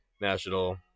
national